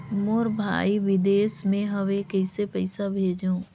मोर भाई विदेश मे हवे कइसे पईसा भेजो?